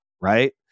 right